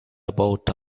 about